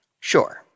sure